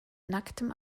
nacktem